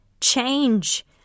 change